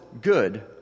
good